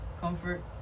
comfort